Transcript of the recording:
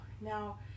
Now